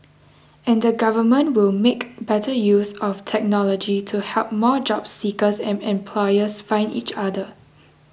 and the government will make better use of technology to help more job seekers and employers find each other